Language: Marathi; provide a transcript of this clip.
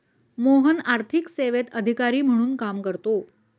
मोहन आर्थिक सेवेत अधिकारी म्हणून काम करतो